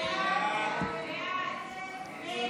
הסתייגות 58 לא נתקבלה.